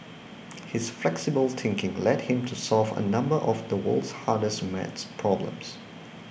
his flexible thinking led him to solve a number of the world's hardest math problems